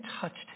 touched